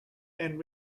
and